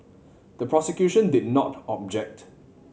the prosecution did not object